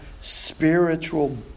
spiritual